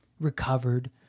recovered